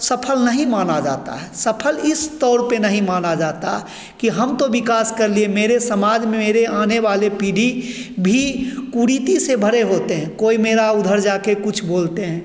सफल नहीं माना जाता है सफल इस तौर पर नहीं माना जाता कि हम तो विकास कर लिए मेरे समाज में मेरी आने वाली पीढ़ी भी कुरीति से भरे होते हैं कोई मेरा उधर जाकर कुछ बोलते हैं